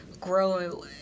grow